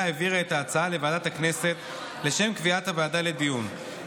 העבירה את ההצעה לוועדת הכנסת לשם קביעת הוועדה לדיון,